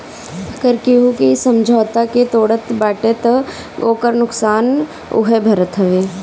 अगर केहू इ समझौता के तोड़त बाटे तअ ओकर नुकसान उहे भरत हवे